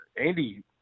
Andy